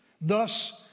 Thus